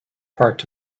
part